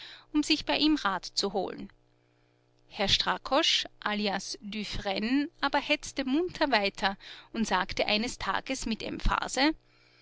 um sich bei ihm rat zu holen herr strakosch alias dufresne aber hetzte munter weiter und sagte eines tages mit emphase